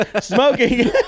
Smoking